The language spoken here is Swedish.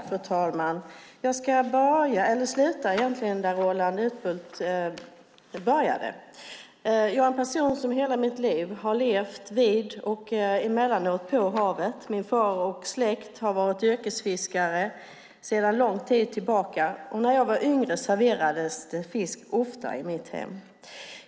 Fru talman! Jag ska börja där också Roland Utbult började. Jag är en person som hela mitt liv har levt vid och emellanåt på havet. Min far och min släkt har varit yrkesfiskare sedan lång tid tillbaka, och när jag var yngre serverades det ofta fisk i mitt hem.